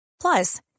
Plus